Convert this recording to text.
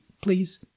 please